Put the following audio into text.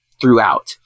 throughout